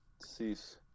Cease